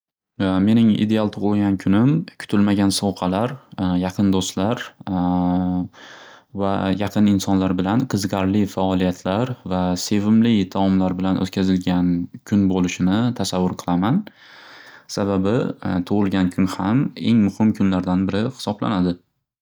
Mening ideal tug'ulgan kunim kutilmagan sovg'alar yaqin do'stlar va yaqin insonlar bilan qiziqarli faoliyatlar va sevimli taomlar bilan o'tkazilgan kun bo'lishini tasavvur qilaman. Sababi tug'ulgan kun ham eng muxim kunlardan biri xisoblanadi.